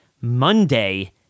Monday